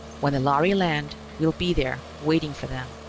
when the lhari land, we'll be there, waiting for them.